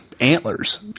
antlers